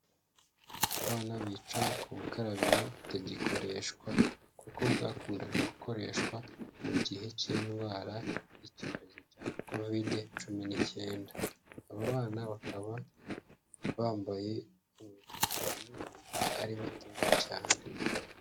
Bana bicaye ku bukarabiro butagikoreshwa, kuko bwakundaga gukoreshwa mu gihe cy'indwara y'icyorezo cya kovide cumi n'icyenda, aba bana bakaba bambaye inkweto zifunguye ndetse ari batoya cyane.